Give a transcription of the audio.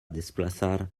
desplaçar